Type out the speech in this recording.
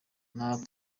niko